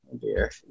dear